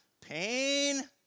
Pain